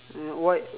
then why